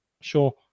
Sure